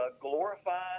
glorified